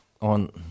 on